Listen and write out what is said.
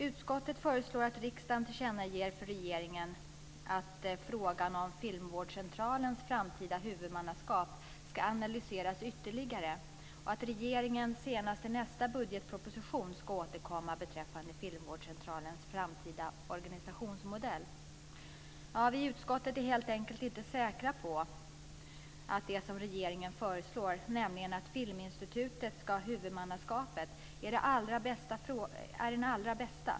Utskottet föreslår att riksdagen tillkännager för regeringen att frågan om filmvårdscentralens framtida huvudmannaskap ska analyseras ytterligare och att regeringen senast i nästa budgetproposition ska återkomma beträffande filmvårdscentralens framtida organisationsmodell. Vi i utskottet är helt enkelt inte säkra på att det som regeringen föreslår, nämligen att Filminstitutet ska ha huvudmannaskapet, är det allra bästa.